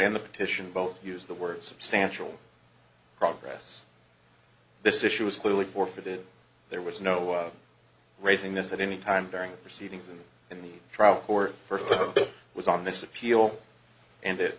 and the petition both use the word substantial progress this issue is clearly forfeited there was no raising this at any time during the proceedings and in the trial court first was on this appeal and it